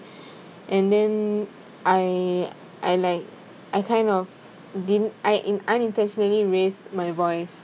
and then I I like I kind of didn't I in unintentionallly raised my voice